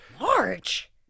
March